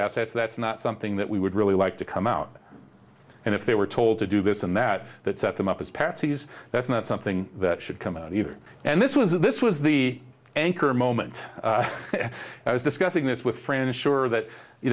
assets that's not something that we would really like to come out and if they were told to do this and that that set them up as patsies that's not something that should come out either and this was this was the anchor moment i was discussing this with friends sure that you